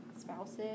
spouses